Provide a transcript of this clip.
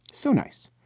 so nice.